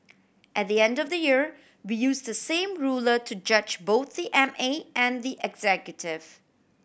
at the end of the year we use the same ruler to judge both the M A and the executive